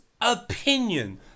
opinion